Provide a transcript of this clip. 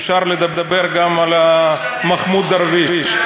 אפשר לדבר גם על מחמוד דרוויש.